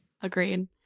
agreed